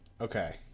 Okay